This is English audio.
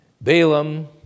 Balaam